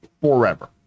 forever